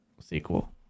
sequel